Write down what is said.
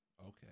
Okay